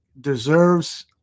deserves